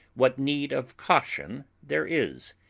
what need of caution there is.